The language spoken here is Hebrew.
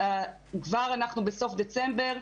כבר אנחנו בסוף דצמבר,